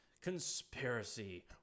conspiracy